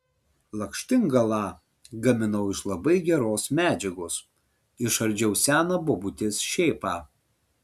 lakštingalą gaminau iš labai geros medžiagos išardžiau seną bobutės šėpą